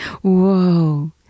Whoa